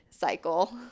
cycle